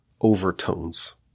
overtones